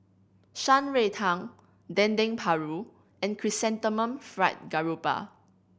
Shan Rui Tang Dendeng Paru and Chrysanthemum Fried Garoupa